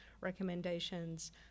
recommendations